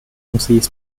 conseiller